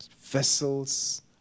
vessels